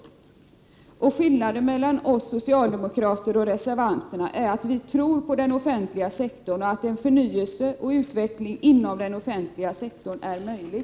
Skillnaden mellan oss socialdemokrater och reservanterna är att vi socialdemokrater tror på den offentliga sektorn och på att en förnyelse och utveckling inom den offentliga sektorn är möjlig.